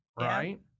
right